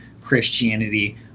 Christianity